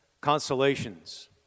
consolations